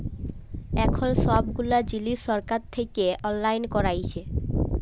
এখল ছব গুলা জিলিস ছরকার থ্যাইকে অললাইল ক্যইরেছে